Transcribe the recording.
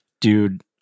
dude